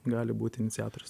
gali būt iniciatorius